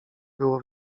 było